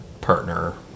partner